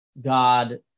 god